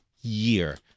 year